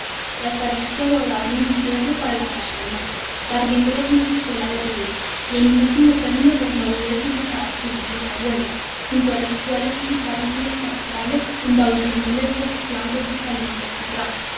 las parejas que aguardaban el invierno para lanzarse al mar barriéndolo con su cola de redes y en último término los laúdes en reparación los abuelos junto a los cuales agitábanse los calafates embadurnándoles los flancos con caliente